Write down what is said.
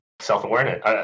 Self-awareness